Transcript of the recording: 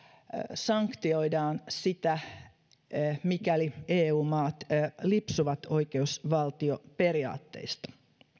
sanktioidaan sitä mikäli eu maat lipsuvat oikeusvaltioperiaatteista